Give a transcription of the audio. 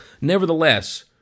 Nevertheless